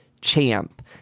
Champ